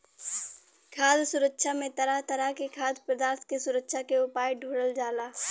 खाद्य सुरक्षा में तरह तरह के खाद्य पदार्थ के सुरक्षा के उपाय ढूढ़ल जाला